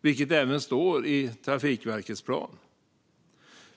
vilket även står i Trafikverkets plan.